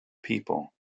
people